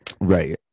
Right